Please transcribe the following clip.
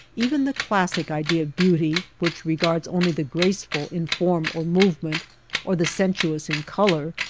even the classic idea of beauty, which re gards only the graceful in form or movement or the sensuous in color,